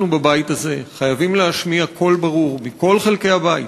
אנחנו בבית הזה חייבים להשמיע קול ברור מכל חלקי הבית: